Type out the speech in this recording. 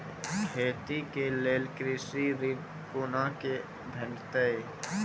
खेती के लेल कृषि ऋण कुना के भेंटते?